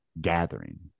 gathering